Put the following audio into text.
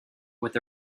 with